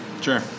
Sure